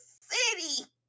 city